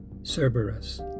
Cerberus